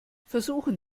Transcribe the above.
versuchen